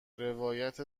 روایت